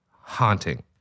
haunting